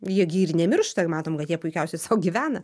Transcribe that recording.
jie gi ir nemiršta matom kad jie puikiausiai sau gyvena